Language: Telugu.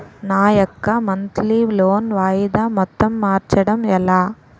నా యెక్క మంత్లీ లోన్ వాయిదా మొత్తం మార్చడం ఎలా?